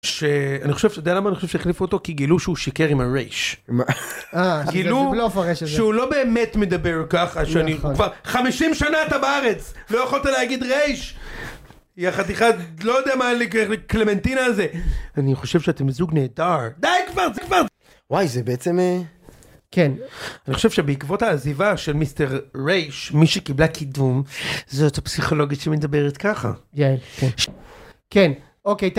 שאני חושב אתה יודע למה אני חושב שהחליפו אותו, כי גילו שהוא שיקר עם הרייש. גילו שהוא לא באמת מדבר ככה שאני... כבר 50 שנה אתה בארץ לא יכולת להגיד רייש. יא חתיכת... לא יודע, איך... קלמנטינה הזה אני חושב שאתם זוג נהדר, די כבר. וואי זה בעצם כן אני חושב שבעקבות העזיבה של מיסטר רייש מי שקיבלה קידום זאת הפסיכולוגית שמדברת ככה. כן אוקיי.